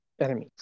enemies